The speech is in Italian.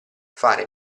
fare